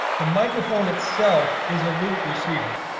the microphone itself is a loop receiver.